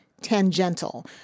tangential